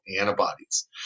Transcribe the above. antibodies